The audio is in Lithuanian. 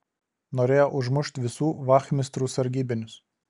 norėjo užmušt visų vachmistrų sargybinius